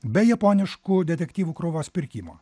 be japoniškų detektyvų krūvos pirkimo